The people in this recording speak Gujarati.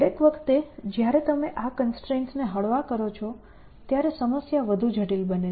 દરેક વખતે જ્યારે તમે આ કન્સ્ટ્રેન્ટ્સ ને હળવા કરો છો ત્યારે સમસ્યા વધુ જટિલ બને છે